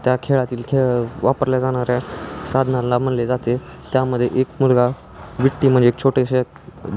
त्या खेळातील खेळ वापरल्या जाणाऱ्या साधनांला म्हणले जाते त्यामध्ये एक मुलगा विट्टी म्हणजे एक छोटेशा